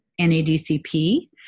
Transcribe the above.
nadcp